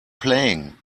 playing